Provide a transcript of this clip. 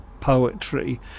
poetry